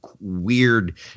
weird